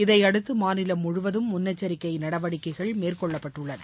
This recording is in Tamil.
இதையடுத்து மாநிலம் முழுவதும் முன்னெச்சரிக்கை நடவடிக்கைகள் மேற்கொள்ளப்பட்டுள்ளன